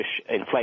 inflation